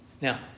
Now